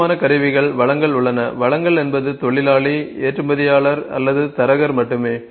முக்கியமான கருவிகள் வளங்கள் உள்ளன வளங்கள் என்பது தொழிலாளி ஏற்றுமதியாளர் அல்லது தரகர் மட்டுமே